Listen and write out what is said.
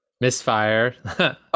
misfire